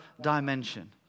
dimension